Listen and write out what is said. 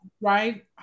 right